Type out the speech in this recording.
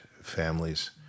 families